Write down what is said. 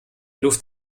luft